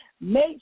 Make